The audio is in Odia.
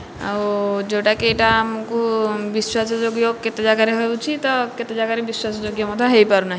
ଆଉ ଯେଉଁଟାକି ଏଇଟା ଆମକୁ ବିଶ୍ଵାସ ଯୋଗ୍ୟ କେତେ ଜାଗାରେ ହେଉଛି ତ କେତେ ଜାଗାରେ ବିଶ୍ୱାସ ଯୋଗ୍ୟ ମଧ୍ୟ ହୋଇପାରୁନାହିଁ